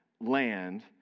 land